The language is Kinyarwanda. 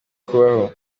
kubaho